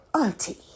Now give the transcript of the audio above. auntie